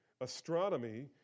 astronomy